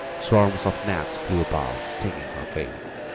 swarms of gnats flew about, stinging her face,